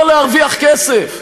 לא להרוויח כסף.